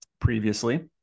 previously